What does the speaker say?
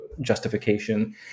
justification